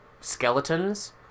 Skeletons